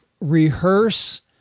rehearse